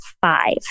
five